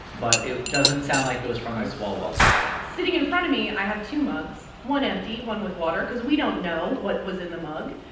but it doesn't sound like it was from the swalwell side sitting in front of me, i have two mugs one empty, one with water because we don't know what was in the mug.